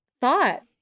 thought